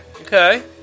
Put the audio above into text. Okay